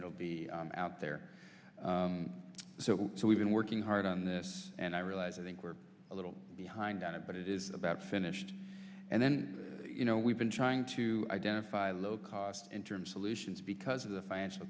will be out there so so we've been working hard on this and i realize i think we're a little behind on it but it is about finished and then you know we've been trying to identify low cost in term solutions because of the financial